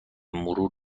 مرور